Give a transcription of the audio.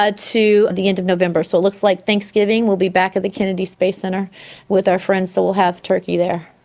ah to the end of november, so it looks like thanksgiving we'll be back at the kennedy space centre with our friends, so we'll have turkey there.